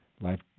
life